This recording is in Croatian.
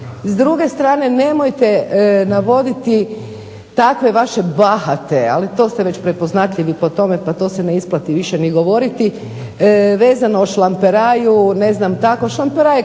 S druge strane nemojte navoditi takve vaše bahate, ali to ste već prepoznatljivi po tome, pa to se ne isplati više ni govoriti, vezano o šlamperaju, ne znam tako. Šlamperaj